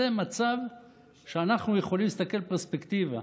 זה מצב שאנחנו יכולים להסתכל בפרספקטיבה.